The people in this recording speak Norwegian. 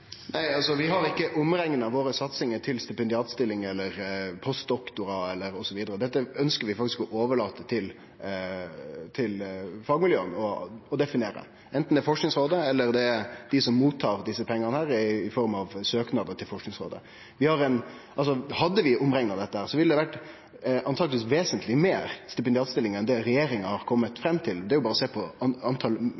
Vi har ikkje rekna om våre satsingar til stipendiatstillingar eller postdoc.-stillingar osb. Dette ønskjer vi faktisk å overlate til fagmiljøa å definere – enten det er Forskingsrådet eller dei som mottar desse pengane etter søknad til Forskingsrådet. Hadde vi rekna om dette, ville det antakeleg blitt vesentleg fleire stipendiatstillingar enn det regjeringa har kome